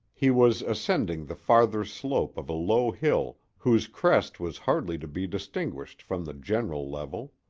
he was ascending the farther slope of a low hill whose crest was hardly to be distinguished from the general level.